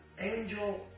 angel